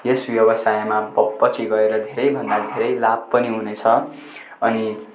यस व्यवसायमा प पछि गएर धेरैभन्दा धेरै लाभ पनि हुनेछ अनि